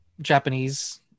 Japanese